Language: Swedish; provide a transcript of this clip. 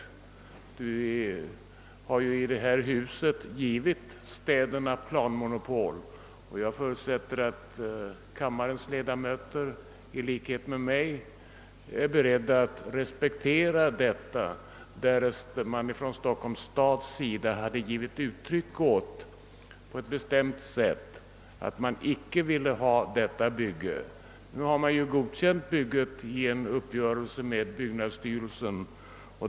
Vi har ju i detta hus givit städerna planmonopol, och jag förutsätter att kammarens ledamöter i likhet med mig skulle varit beredda att re spektera detta, därest man från Stockholms stads sida på ett bestämt sätt hade givit uttryck åt den meningen, att staden icke ville ha detta bygge. Nu har staden godkänt bygget i en uppgörelse med byggnadsstyrelsen.